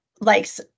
likes